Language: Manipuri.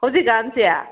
ꯍꯨꯖꯤꯛꯀꯥꯟꯁꯦ